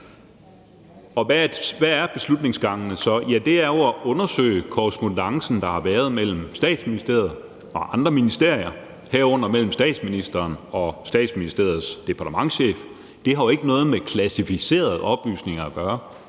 Hvad er beslutningsgangene så? Det er jo at undersøge korrespondancen, der har været mellem Statsministeriet og andre ministerier, herunder mellem statsministeren og Statsministeriets departementschef. Det har jo ikke noget med klassificerede oplysninger at gøre.